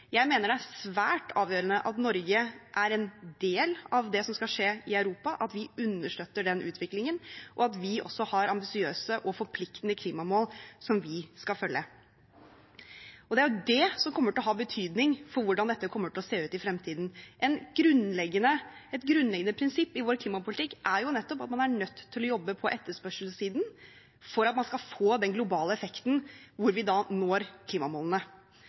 jeg støtter. Jeg mener det er svært avgjørende at Norge er en del av det som skal skje i Europa, at vi understøtter den utviklingen, og at vi også har ambisiøse og forpliktende klimamål som vi skal følge. Det er det som kommer til å ha betydning for hvordan dette kommer til å se ut i fremtiden. Et grunnleggende prinsipp i vår klimapolitikk er nettopp at man er nødt til å jobbe på etterspørselssiden for at man skal få den globale effekten hvor vi når klimamålene.